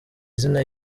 izina